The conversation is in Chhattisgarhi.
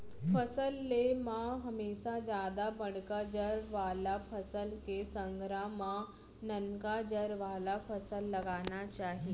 फसल ले म हमेसा जादा बड़का जर वाला फसल के संघरा म ननका जर वाला फसल लगाना चाही